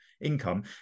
income